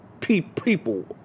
people